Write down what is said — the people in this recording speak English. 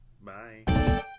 Bye